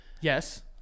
Yes